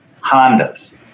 hondas